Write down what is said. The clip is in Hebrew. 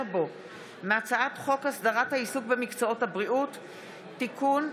בו מהצעת חוק הסדרת העיסוק במקצועות הבריאות (תיקון,